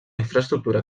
infraestructura